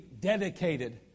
dedicated